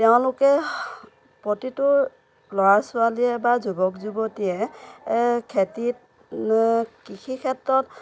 তেওঁলোকে প্ৰতিটো ল'ৰা ছোৱালীয়ে বা যুৱক যুৱতীয়ে খেতিত কৃষি ক্ষেত্ৰত